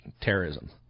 terrorism